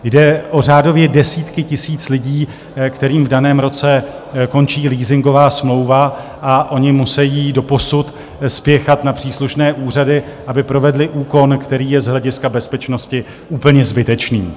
Jde o řádově desítky tisíc lidí, kterým v daném roce končí leasingová smlouva, a oni musejí doposud spěchat na příslušné úřady, aby provedli úkon, který je z hlediska bezpečnosti úplně zbytečný.